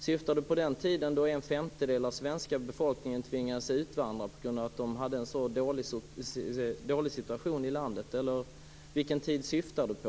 Syftar han på den tid då en femtedel av den svenska befolkningen tvingades utvandra på grund av sin dåliga situation i landet, eller vilken tid syftar han på?